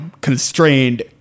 constrained